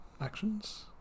actions